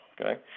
okay